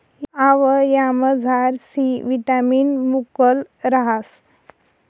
आवयामझार C vitamin मुकलं रहास